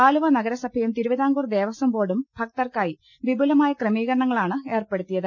ആലുവ നഗരൂസഭയും തിരുവിതാംകൂർ ദേവസ്വം ബോർഡും ഭക്തർക്കായി വിപുലമായ ക്രമീകരണങ്ങളാണ് ഏർപ്പെടുത്തിയത്